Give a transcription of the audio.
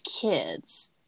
kids